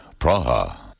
Praha